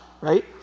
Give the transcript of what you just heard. right